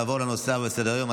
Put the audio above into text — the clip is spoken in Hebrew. נעבור לנושא הבא בסדר-היום,